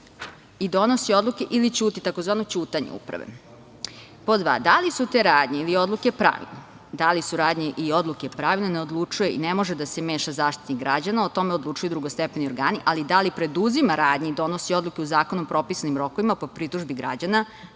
i donosi odluke ili ćuti, takozvano ćutanje uprave. Pod dva, da li su te radnje ili odluke pravilne, da li su radnje i odluke pravilne odlučuje i ne može da se meša Zaštitnik građana, o tome odlučuju drugostepeni organi, ali da li preduzima radnje i donosi odluke u zakonom propisanim rokovima, po pritužbama građana,